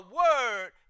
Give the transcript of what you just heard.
word